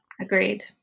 agreed